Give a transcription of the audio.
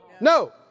No